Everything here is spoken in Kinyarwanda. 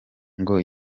ngo